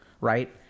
right